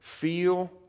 feel